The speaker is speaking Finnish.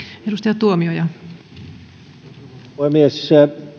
arvoisa puhemies